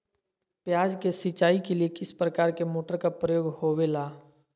प्याज के सिंचाई के लिए किस प्रकार के मोटर का प्रयोग होवेला?